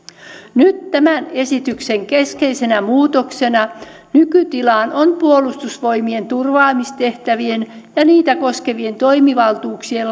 nyt tämän esityksen keskeisenä muutoksena nykytilaan on puolustusvoimien turvaamistehtävien ja niitä koskevien toimivaltuuksien